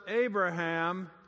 Abraham